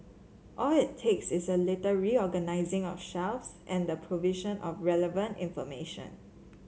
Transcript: all it takes is a little reorganising of shelves and the provision of relevant information